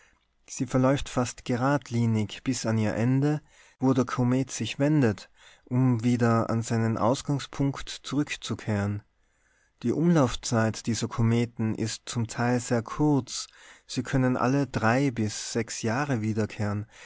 sie verläuft fast geradlinig bis an ihr ende das heißt bis zur stelle wo der komet sich wendet um wieder an seinen ausgangspunkt zurückzukehren die umlaufzeit dieser kometen ist zum teil sehr kurz sie können alle drei bis sechs jahre wiederkehren